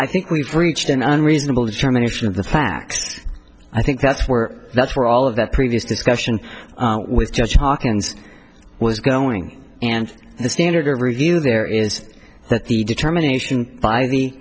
i think we've reached an unreasonable determination of the facts i think that's where that's where all of the previous discussion with judge hawkins was going and the standard of review there is that the determination by the